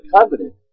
covenant